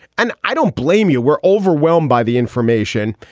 and i don't blame you were overwhelmed by the information,